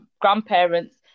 grandparents